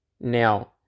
Now